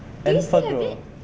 Enfagrow